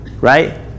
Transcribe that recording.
Right